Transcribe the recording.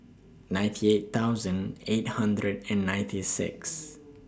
ninety eight thousand eight hundred and ninety six